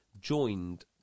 joined